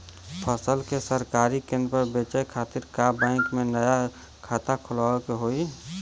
फसल के सरकारी केंद्र पर बेचय खातिर का बैंक में नया खाता खोलवावे के होई?